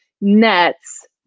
nets